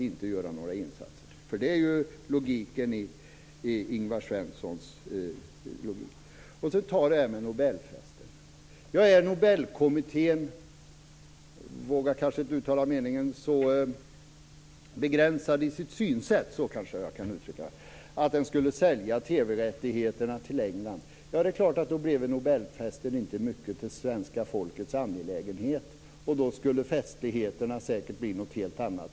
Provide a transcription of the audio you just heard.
Det är nämligen logiken i det som Ingvar När det gäller detta med nobelfesten är nog inte Nobelkommittén så begränsad i sitt synsätt att man skulle sälja TV-rättigheterna till England. I så fall skulle nog inte nobelfesten bli mycket av det svenska folkets angelägenhet. Då skulle festligheterna säkert bli helt annorlunda.